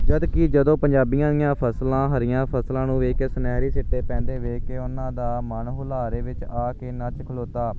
ਜਦੋਂ ਕਿ ਜਦੋਂ ਪੰਜਾਬੀਆਂ ਦੀਆਂ ਫਸਲਾਂ ਹਰੀਆਂ ਫਸਲਾਂ ਨੂੰ ਵੇਖ ਕੇ ਸੁਨਹਿਰੀ ਛਿੱਟੇ ਪੈਂਦੇ ਵੇਖ ਕੇ ਉਹਨਾਂ ਦਾ ਮਨ ਹੁਲਾਰੇ ਵਿੱਚ ਆ ਕੇ ਨੱਚ ਖਲੋਤਾ